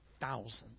thousands